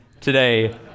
today